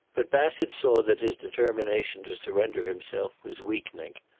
but bassett saw that his determination to surrender himself was weakening.